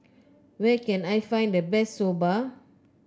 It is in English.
where can I find the best Soba